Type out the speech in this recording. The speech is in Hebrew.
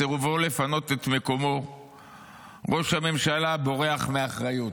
בסירובו לפנות את מקומו ראש הממשלה בורח מאחריות.